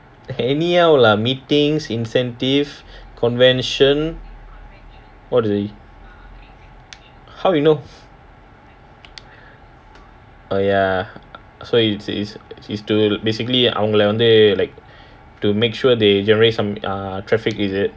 anyhow lah meetings incentive convention how you know err ya so is is basically அவங்களா வந்து:awngala wanthu like to make sure they generate some err traffic is it